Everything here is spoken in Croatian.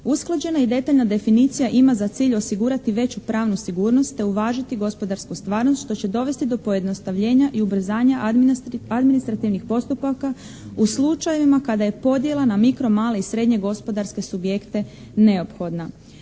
Usklađena i detaljna definicija ima za cilj osigurati veću pravnu sigurnost te uvažiti gospodarsku stvarnost što će dovesti do pojednostavljenja i ubrzanja administrativnih postupaka u slučajevima kada je podjela na mikro, male i srednje gospodarske subjekte neophodna.